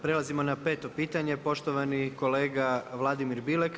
Prelazimo na peto pitanje poštovani kolega Vladimir Bilek.